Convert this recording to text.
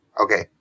Okay